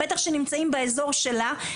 בטח שנמצאים באזור שלה,